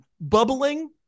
bubbling